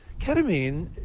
ketamine,